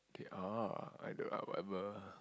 okay ah I don't know [lah[ whatever